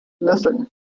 listen